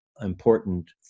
important